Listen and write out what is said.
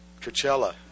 Coachella